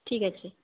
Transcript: ঠিক আছে